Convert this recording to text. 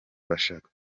bashaka